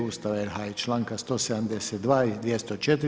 Ustava RH i članka 172. i 204.